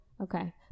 okay